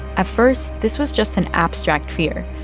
at first, this was just an abstract fear.